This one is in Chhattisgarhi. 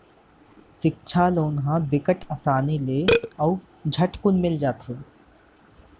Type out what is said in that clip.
सिक्छा लोन ह बिकट असानी ले अउ झटकुन मिल जाथे